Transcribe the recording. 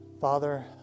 Father